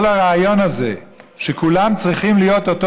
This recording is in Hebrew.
כל הרעיון הזה שכולם צריכים להיות אותו